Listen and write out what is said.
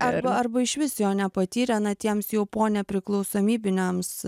arba arba iš vis jo nepatyrė na tiems jau ponepriklausomybiniams